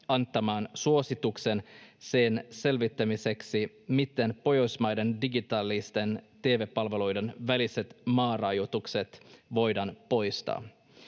antamaan suositukseen sen selvittämiseksi, miten Pohjoismaiden digitaalisten tv-palveluiden väliset maarajoitukset voidaan poistaa.